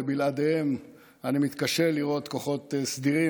ובלעדיהן אני מתקשה לראות כוחות סדירים